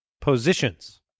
positions